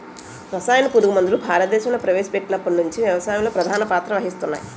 రసాయన పురుగుమందులు భారతదేశంలో ప్రవేశపెట్టినప్పటి నుండి వ్యవసాయంలో ప్రధాన పాత్ర వహిస్తున్నాయి